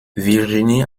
virginie